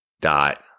dot